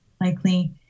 likely